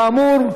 כאמור,